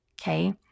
okay